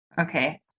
Okay